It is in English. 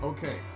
Okay